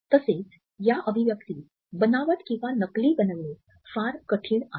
तसेच या ही अभिव्यक्ति बनावट किंवा नकली बनविणे फार कठीण आहे